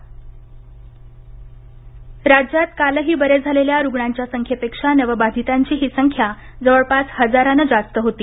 Covid राज्यात कालही बरे झालेल्या रुग्णांच्या संख्येपेक्षा नवबाधितांचीही संख्या जवळपास हजारानं जास्त होती